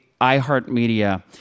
iHeartMedia